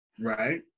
Right